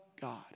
God